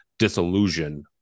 disillusion